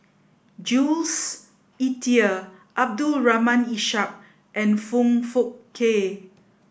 Jules Itier Abdul Rahim Ishak and Foong Fook Kay